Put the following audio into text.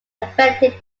affected